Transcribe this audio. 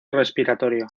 respiratorio